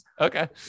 Okay